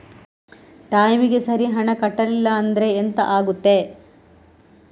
ಟೈಮಿಗೆ ಸರಿ ಹಣ ಕಟ್ಟಲಿಲ್ಲ ಅಂದ್ರೆ ಎಂಥ ಆಗುತ್ತೆ?